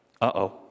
Uh-oh